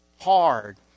hard